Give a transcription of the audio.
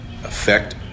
affect